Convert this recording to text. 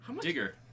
Digger